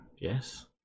yes